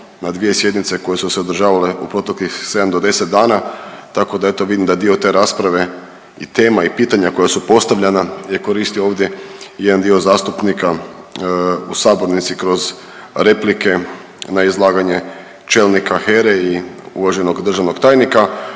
na dvije sjednice koje su se održavale u proteklih 7 do 10 dana tako da eto vidim da dio te rasprave i tema i pitanja koja su postavljana je koristio ovdje i jedan dio zastupnika u sabornici kroz replike na izlaganje čelnika HERE i uvaženog državnog tajnika,